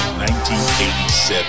1987